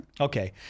Okay